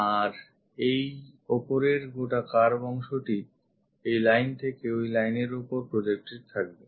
আর এই ওপরের গোটা curve অংশটি এই line থেকে ওই line এর ওপর projected থাকবে